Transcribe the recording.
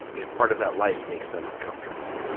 if part of that life makes them uncomfortable,